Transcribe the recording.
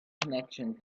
connections